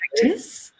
practice